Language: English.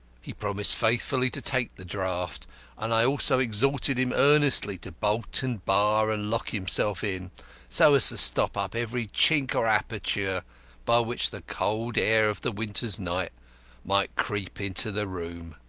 he promised faithfully to take the draught and i also exhorted him earnestly to bolt and bar and lock himself in so as to stop up every chink or aperture by which the cold air of the winter's night might creep into the room.